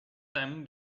then